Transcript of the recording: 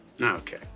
Okay